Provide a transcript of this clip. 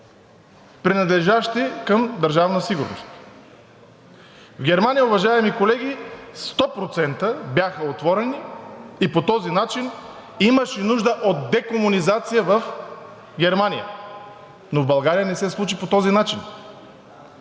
принадлежащи към Държавна сигурност. В Германия, уважаеми колеги, сто процента бяха отворени и по този начин имаше нужда от декомунизация в Германия, но в България не се случи по този начин.